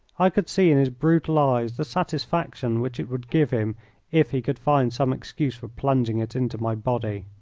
i could see in his brutal eyes the satisfaction which it would give him if he could find some excuse for plunging it into my body.